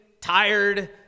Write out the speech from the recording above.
tired